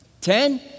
ten